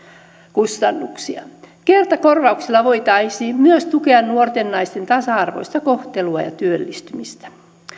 kustannuksia kertakorvauksella voitaisiin myös tukea nuorten naisten tasa arvoista kohtelua ja työllistymistä